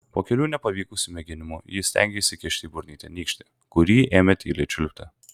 po kelių nepavykusių mėginimų ji įstengė įsikišti į burnytę nykštį kurį ėmė tyliai čiulpti